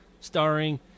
starring